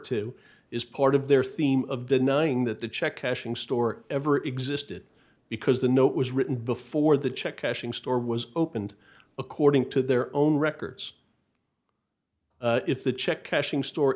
to is part of their theme of the nine that the check cashing store ever existed because the note was written before the check cashing store was opened according to their own records if the check cashing store